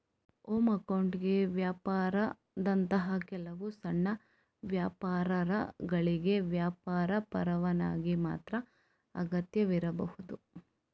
home accounting ವ್ಯವಹಾರದಂತಹ ಕೆಲವು ಸಣ್ಣ ವ್ಯವಹಾರಗಳಿಗೆ ವ್ಯಾಪಾರ ಪರವಾನಗಿ ಮಾತ್ರ ಅಗತ್ಯವಿರಬಹುದು